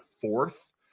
fourth